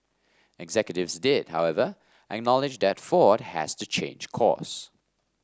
executives did however acknowledge that Ford has to change course